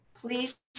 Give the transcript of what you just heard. please